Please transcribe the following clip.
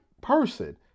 person